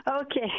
Okay